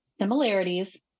similarities